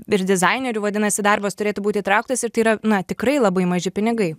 ir dizainerių vadinasi darbas turėtų būt įtrauktas ir tai yra na tikrai labai maži pinigai